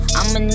I'ma